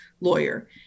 lawyer